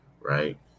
right